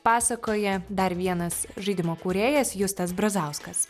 pasakoja dar vienas žaidimo kūrėjas justas brazauskas